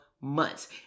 months